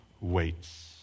waits